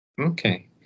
Okay